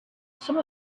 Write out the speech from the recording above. some